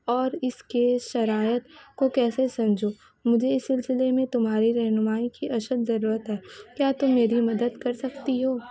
اور اس کے شرائط کو کیسے سمجھوں مجھے اس سلسلے میں تمہاری رہنمائی کی اشد ضرورت ہے کیا تم میری مدد کر سکتی ہو